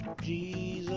Jesus